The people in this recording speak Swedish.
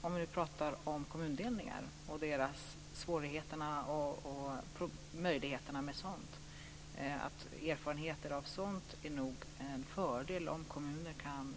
Om vi nu pratar om kommundelningar och svårigheter och möjligheter med sådana vill jag säga att det nog är en fördel om kommuner kan